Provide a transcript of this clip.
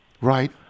Right